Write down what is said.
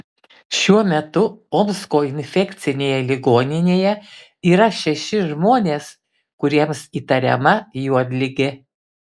šiuo metu omsko infekcinėje ligoninėje yra šeši žmonės kuriems įtariama juodligė